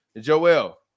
Joel